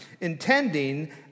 intending